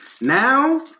Now